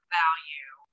value